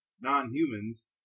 non-humans